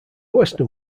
western